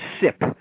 SIP